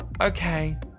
okay